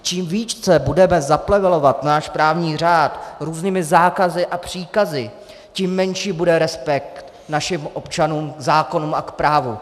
Čím více budeme zaplevelovat náš právní řád různými zákazy a příkazy, tím menší bude respekt našim občanům k zákonům a k právu.